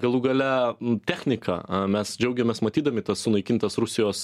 galų gale technika mes džiaugiamės matydami tas sunaikintas rusijos